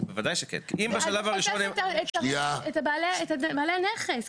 בעיניי שדווקא מצדיקה את קבלת העמדה שלנו.